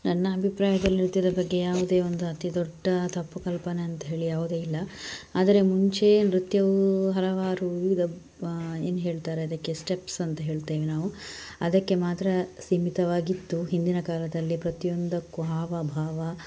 ನನ್ನ ಅಭಿಪ್ರಾಯದಲ್ಲಿ ನೃತ್ಯದ ಬಗ್ಗೆ ಯಾವುದೇ ಒಂದು ಅತೀ ದೊಡ್ಡ ತಪ್ಪು ಕಲ್ಪನೆ ಅಂಥೇಳಿ ಯಾವುದು ಇಲ್ಲ ಆದರೆ ಮುಂಚೆ ನೃತ್ಯವು ಹಲವಾರು ವಿವಿಧ ಏನು ಹೇಳ್ತಾರೆ ಅದಕ್ಕೆ ಸ್ಟೆಪ್ಸ್ ಅಂತ ಹೇಳ್ತೇವೆ ನಾವು ಅದಕ್ಕೆ ಮಾತ್ರ ಸೀಮಿತವಾಗಿತ್ತು ಹಿಂದಿನ ಕಾಲದಲ್ಲಿ ಪ್ರತಿಯೊಂದಕ್ಕೂ ಹಾವಭಾವ